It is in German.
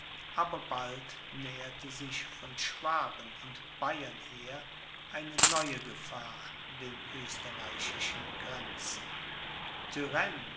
aber bald näherte sich von schwaben und bayern her eine neue gefahr den österreichischen grenzen